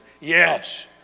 yes